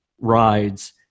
rides